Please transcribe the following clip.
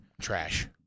Trash